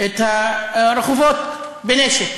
את הרחובות בנשק.